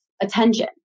attention